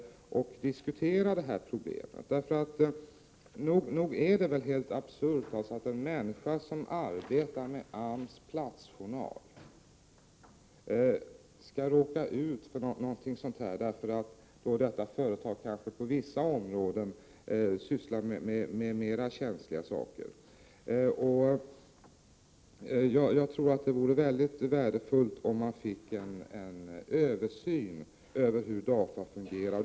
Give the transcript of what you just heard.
Nog är det väl helt absurt att en människa som arbetar med AMS platsjournal skall råka ut för någonting sådant här, bara därför att detta företag på vissa områden sysslar med mer känsliga saker. Det vore mycket värdefullt om man fick en översyn av hur DAFA fungerar.